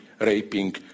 raping